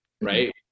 right